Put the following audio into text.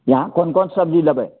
अहाँ कोन कोन सबजी लेबै